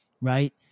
right